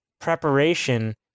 preparation